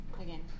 Again